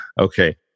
Okay